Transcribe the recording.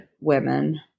women